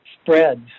spreads